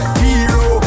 hero